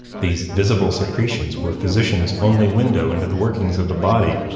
these visible secretions were physicians' only window into the workings of the body.